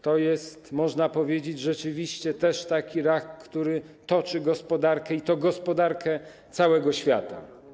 To jest, można powiedzieć, rzeczywiście taki rak, który toczy gospodarkę, i to gospodarkę całego świata.